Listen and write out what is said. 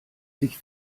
sich